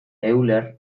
euler